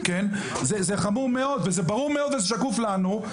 זה חומר מאוד וזה ברור מאוד וזה שקוף לנו,